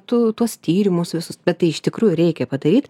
tu tuos tyrimus visus bet tai iš tikrųjų reikia padaryt